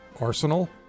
Arsenal